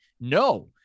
No